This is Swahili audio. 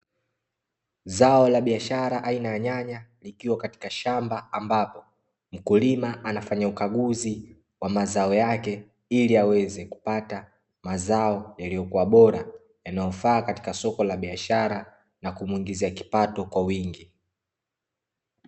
Zao la biashara aina ya nyanya likiwa katika shamba ambapo mkulima anafanya ukaguzi wa mazao yake ili aweze kupata mazao yaliyokuwa bora yanayofaa katika soko la biashara na kumuingizia kipato kwa wingi.